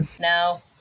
no